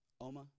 Oma